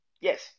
yes